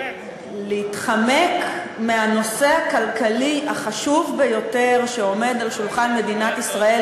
להתחמק מהנושא הכלכלי החשוב ביותר שעומד על שולחן מדינת ישראל,